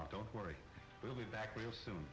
but don't worry we'll be back real soon